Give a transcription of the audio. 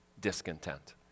discontent